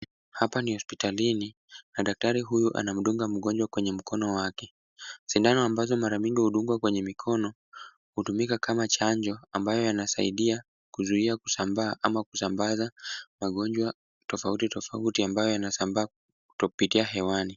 Hapa ni hospitalini, na daktari huyu anamdunga mgonjwa kwenye mkono wake. Sindano ambazo mara mingi hudungwa kwenye mikono, hutumika kama chanjo, ambayo yanasaidia kuzuia kusambaa ama kusambaza magonjwa tofauti tofauti, ambayo yanasambaa kupitia hewani.